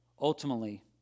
Ultimately